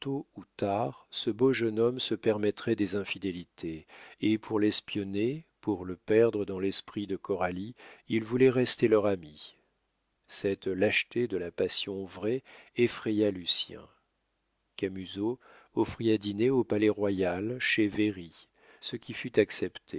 tôt ou tard ce beau jeune homme se permettrait des infidélités et pour l'espionner pour le perdre dans l'esprit de coralie il voulait rester leur ami cette lâcheté de la passion vraie effraya lucien camusot offrit à dîner au palais-royal chez véry ce qui fut accepté